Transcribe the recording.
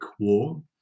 War